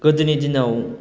गोदोनि दिनाव